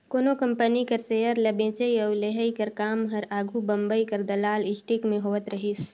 कोनो कंपनी कर सेयर ल बेंचई अउ लेहई कर काम हर आघु बंबई कर दलाल स्टीक में होवत रहिस